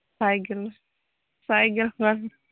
ᱥᱟᱭ ᱜᱮᱞ ᱥᱟᱭ ᱜᱮᱞ ᱜᱟᱱ